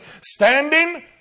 standing